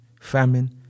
famine